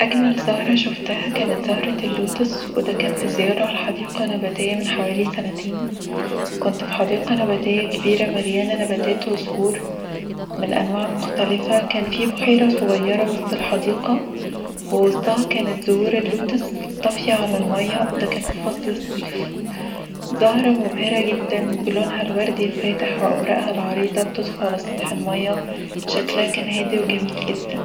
أجمل زهرة شفتها كانت زهرة اللوتس، وده كان في زيارة لحديقة نباتية من حوالي سنتين. كنت في حديقة نباتية كبيرة، مليانة نباتات وزهور من أنواع مختلفة. كان في بحيرة صغيرة وسط الحديقة، ووسطها كانت زهور اللوتس طافية على المية. ده كان في فصل الصيف، زهرة مبهرة جدا بلونها الوردي الفاتح وأوراقها العريضة بتطفو على سطح المية. شكلها كان هادي وجميل جدا